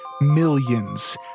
millions